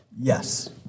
Yes